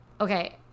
okay